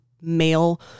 male